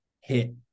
hit